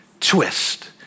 twist